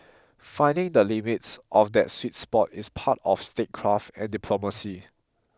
finding the limits of that sweet spot is part of statecraft and diplomacy